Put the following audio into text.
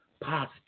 positive